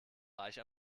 reich